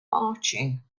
marching